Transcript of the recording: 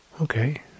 Okay